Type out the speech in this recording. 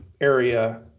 area